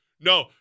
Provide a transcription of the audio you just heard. No